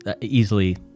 easily